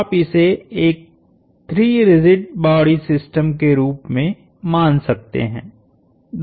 तो आप इसे एक 3 रिजिड बॉडी सिस्टम के रूप में मान सकते है